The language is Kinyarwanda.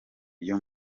byo